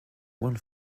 one